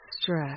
stress